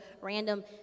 random